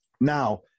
Now